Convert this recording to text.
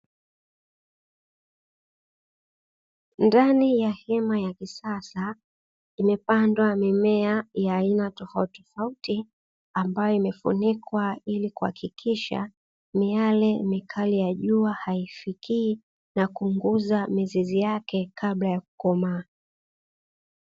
Ndani ya hema ya kisasa, imepandwa mimea ya aina tofautitofauti, ambayo imefunikwa ili kuhakikisha miale mikali ya jua haifikii na kuunguza mizizi yake kabla ya kukomaa.